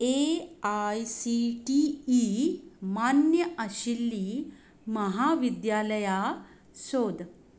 A I C T E मान्य आशिल्ली म्हाविद्यालयां सोद